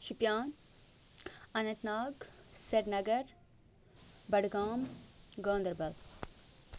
شُپیٛان Anantnag Srinagar Budgam Ganderbal